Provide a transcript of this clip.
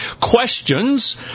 questions